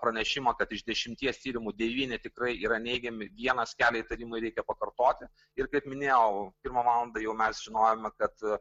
pranešimą kad iš dešimties tyrimų devyni tikrai yra neigiami vienas kelia įtarimą reikia pakartoti ir kaip minėjau pirmą valandą jau mes žinojome kad